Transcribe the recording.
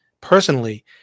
personally